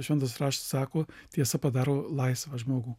šventas raštas sako tiesa padaro laisvą žmogų